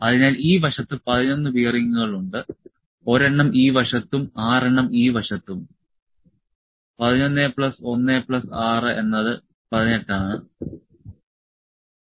അതിനാൽ ഈ വശത്ത് 11 ബെയറിംഗുകൾ ഉണ്ട് ഒരെണ്ണം ഈ വശത്തും 6 എണ്ണം ഈ വശത്തും 11 1 6 എന്നത് 18 ആണ്